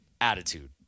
Attitude